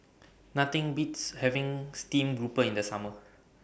Nothing Beats having Stream Grouper in The Summer